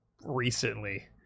recently